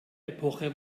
epoche